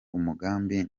umugambi